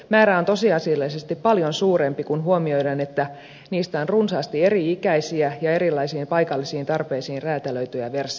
määrä on tosiasiallisesti paljon suurempi kun huomioidaan että niistä on runsaasti eri ikäisiä ja erilaisiin paikallisiin tarpeisiin räätälöityjä versioita